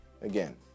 Again